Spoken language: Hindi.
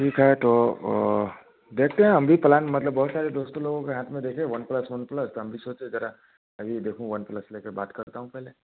ठीक है तो देखते हैं हम भी पलान मतलब बहुत सारे दोस्तों लोगों के हाथ में देखे वन पलस वन प्लस तो हम भी सोचे ज़रा यही देखूँ वन प्लस लेकर बात करता हूँ पहले